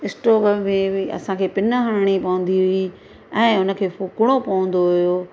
इश्टोपनि में बि असांखे पिन हणणी पवंदी हुई ऐं हुनखे फूकिणो पवंदो हुओ